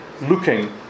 looking